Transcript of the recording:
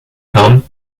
kam